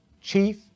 chief